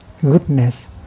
goodness